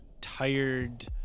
tired